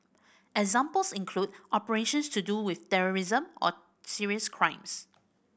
examples include operations to do with terrorism or serious crimes